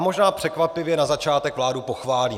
Možná překvapivě na začátek vládu pochválím.